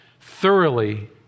Thoroughly